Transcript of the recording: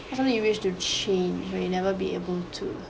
what's something you wish to change may never be able to